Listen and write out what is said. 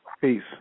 Peace